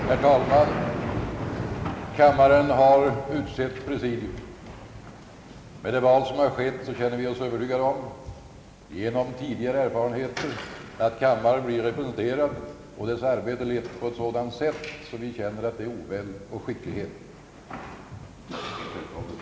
Herr talman! Med det val som skett känner vi oss övertygade om, genom tidigare erfarenheter, att kammaren blir representerad och dess arbete lett med oväld och skicklighet. Välkommen i talmansstolen!